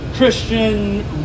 Christian